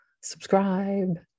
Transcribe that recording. subscribe